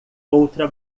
outra